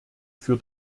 für